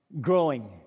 growing